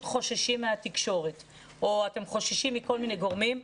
חוששים מהתקשורת או אתם חוששים מכל מיני גורמים.